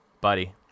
buddy